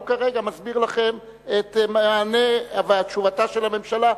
הוא כרגע מסביר לכם את המענה ואת תשובתה של הממשלה,